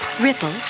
Ripple